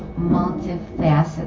multifaceted